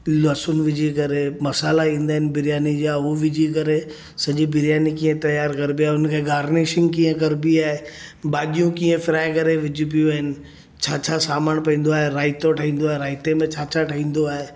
लहसुन विझी करे मसाला ईंदा आहिनि बिरयानीअ जा हूअ विझी करे सॼी बिरयानी कीअं तयारु करॿी आहे हुनखे गार्निशिंग कीअं करबी आहे भाॼियूं कीअं फ्राइ करे विझबियूं आहिनि छा छा सामान पवंदो आहे रायतो ठईंदो आए राइते में छा छा ठहंदो आहे